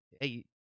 hey